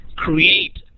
create